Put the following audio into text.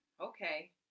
okay